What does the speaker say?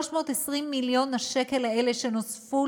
320 מיליון השקל האלה שנוספו,